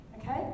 Okay